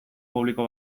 publiko